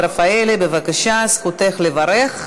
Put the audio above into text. אני קובעת כי הצעת חוק בתי-דין רבניים (קיום פסקי-דין של גירושין)